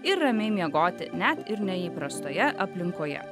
ir ramiai miegoti net ir neįprastoje aplinkoje